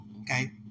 okay